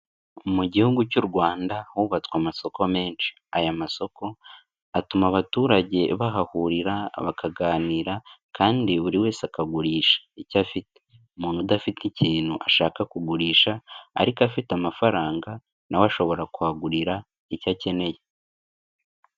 Mu gihugu cy'u Rwanda hubatswe amasoko menshi. Aya masoko atuma abaturage bahahurira bakaganira kandi buri wese akagurisha icyo afite. Umuntu udafite ikintu ashaka kugurisha ariko afite amafaranga na we ashobora kuhagurira icyo akeneye.